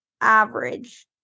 average